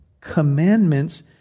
commandments